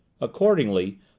Accordingly